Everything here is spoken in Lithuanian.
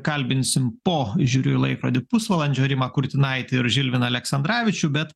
kalbinsim po žiūriu į laikrodį pusvalandžio rimą kurtinaitį ir žilviną aleksandravičių bet